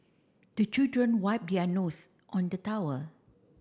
the children wipe their nose on the towel